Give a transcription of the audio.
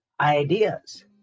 ideas